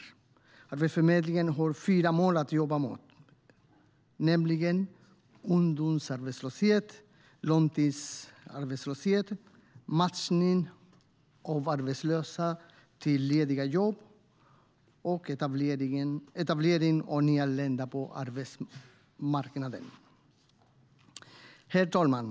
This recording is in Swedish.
Arbetsförmedlingen har fyra mål att jobba mot, nämligen ungdomsarbetslöshet, långtidsarbetslöshet, matchning av arbetslösa med lediga jobb och etablering av nyanlända på arbetsmarknaden. Herr talman!